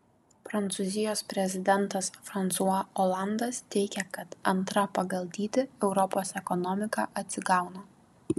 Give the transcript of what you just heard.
prancūzijos prezidentas fransua olandas teigia kad antra pagal dydį europos ekonomika atsigauna